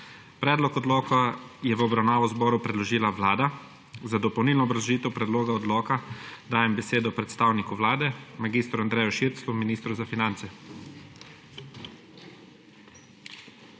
Predlog odloka je v obravnavo Državnemu zboru predložila Vlada. Za dopolnilno obrazložitev predloga odloka dajem besedo predstavniku Vlade mag. Andreju Širclju, ministru za finance.